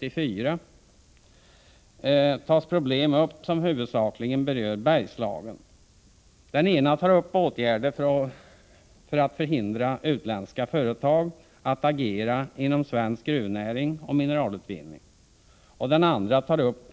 I den ena tas upp åtgärder för att förhindra utländska företag att agera inom svensk gruvnäring och mineralutvinning, och i den andra tas upp